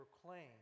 proclaim